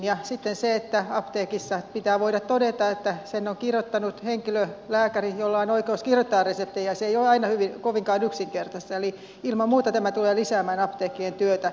ja sitten on se että apteekissa pitää voida todeta että sen on kirjoittanut henkilö lääkäri jolla on oi keus kirjoittaa reseptejä ja se ei ole aina kovinkaan yksinkertaista eli ilman muuta tämä tulee lisäämään apteekkien työtä